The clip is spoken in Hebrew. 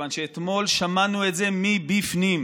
מכיוון שאתמול שמענו את זה מבפנים.